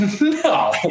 no